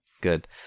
Good